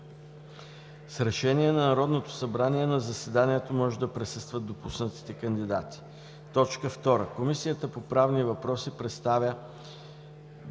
С решение на Народното събрание на заседанието може да присъстват допуснатите кандидати. 2. Комисията по правни въпроси представя